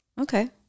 Okay